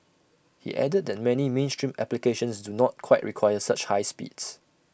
he added that many mainstream applications do not quite require such high speeds